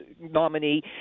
nominee